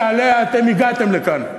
שעליה אתם הגעתם לכאן,